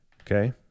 Okay